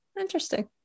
Interesting